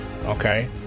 Okay